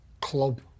club